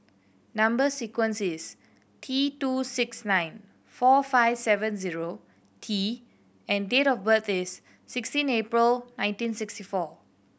number sequence is T two six nine four five seven zero T and date of birth is sixteen April nineteen sixty four